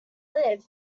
live